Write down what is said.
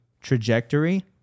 trajectory